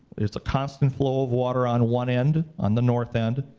it's a constant flow of water on one end, on the north end.